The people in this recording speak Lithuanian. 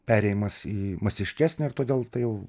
perėjimas į masiškesnę ir todėl tai jau